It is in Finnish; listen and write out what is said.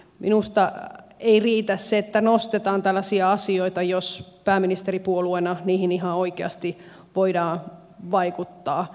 minusta ei riitä se että nostetaan tällaisia asioita jos pääministeripuolueena niihin ihan oikeasti voidaan vaikuttaa